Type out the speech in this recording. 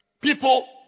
People